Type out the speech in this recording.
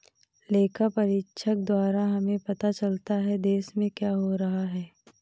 लेखा परीक्षक द्वारा हमें पता चलता हैं, देश में क्या हो रहा हैं?